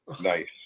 Nice